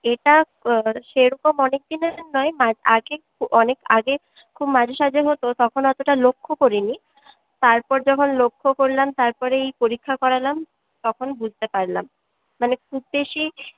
এটা সেরকম অনেক দিনের নয় আগে অনেক আগে খুব মাঝে সাঝে হত তখন অতটা লক্ষ্য করিনি তারপর যখন লক্ষ্য করলাম তারপরে এই পরীক্ষা করালাম তখন বুঝতে পারলাম মানে খুব বেশি